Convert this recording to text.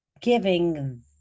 giving